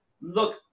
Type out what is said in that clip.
look